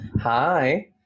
Hi